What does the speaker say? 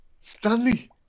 Stanley